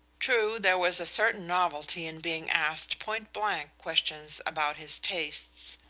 true, there was a certain novelty in being asked point-blank questions about his tastes.